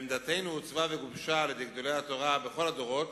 ועמדתנו עוצבה וגובשה על-ידי גדולי התורה בכל הדורות,